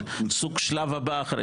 בדיון הבא,